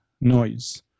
noise